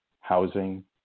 housing